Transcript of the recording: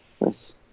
Nice